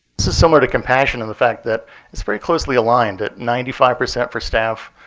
so similar to compassion in the fact that it's very closely aligned at ninety five percent for staff,